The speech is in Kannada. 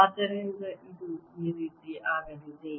ಆದ್ದರಿಂದ ಇದು ಈ ರೀತಿ ಆಗಲಿದೆ